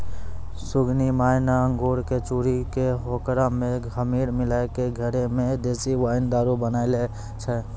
सुगनी माय न अंगूर कॅ चूरी कॅ होकरा मॅ खमीर मिलाय क घरै मॅ देशी वाइन दारू बनाय लै छै